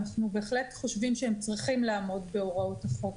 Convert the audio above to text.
אנחנו בהחלט חושבים שהם צריכים לעמוד בהוראות החוק.